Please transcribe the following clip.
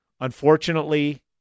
Unfortunately